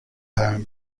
home